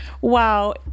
Wow